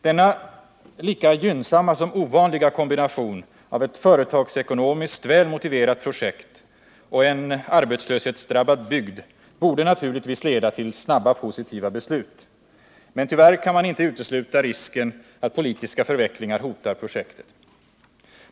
Denna lika gynnsamma som ovanliga kombination av ett företagsekonomiskt väl motiverat projekt och en arbetslöshetsdrabbad bygd borde naturligtvis leda till snabba positiva beslut. Men tyvärr kan man inte utesluta risken att politiska förvecklingar hotar projektet.